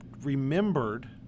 remembered